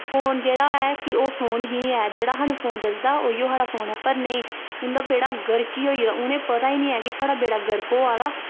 phone जेह्ड़ा ऐ कि ओह् फोन ही ऐ जेह्ड़ा सानूं फोन दस्सदा उ'यो साढ़ा फोन ऐ पर नेईं उं'दा बेड़ा गर्क ही होई गेदा उ'नें पता ही नेईं ऐ कि साढ़ा बेड़ा गर्क होआ दा